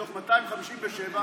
מתוך 257,